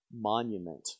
monument